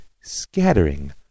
scattering